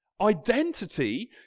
Identity